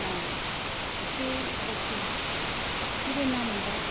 हय तें ओके किदें ना म्हणटा